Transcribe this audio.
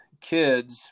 kids